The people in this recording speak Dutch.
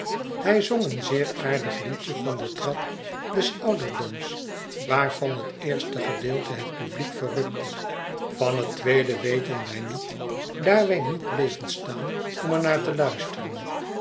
hij zong een zeer aardig liedje van den trap desouderdoms waarvan het eerste gedeelte het publiek verrukte van het tweede weten wij niet daar wij niet bleven staan om er naar te luisteren